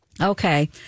Okay